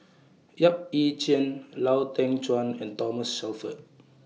Yap Ee Chian Lau Teng Chuan and Thomas Shelford